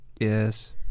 Yes